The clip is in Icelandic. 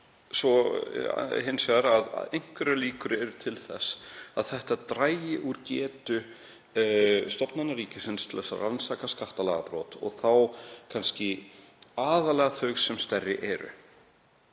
og hins vegar að líkur eru til þess að þetta dragi úr getu stofnana ríkisins til að rannsaka skattalagabrot og þá kannski aðallega þau sem stærri eru.